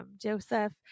Joseph